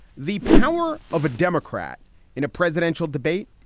the power of a democrat in a presidential debate,